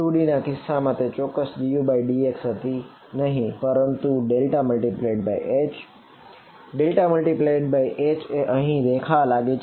2D ના કિસ્સામાં તે ચોક્કસ dudx હતી નહિ પરંતુ તે ∇×H ∇×H અહીં દેખાવા લાગી છે